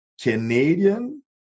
Canadian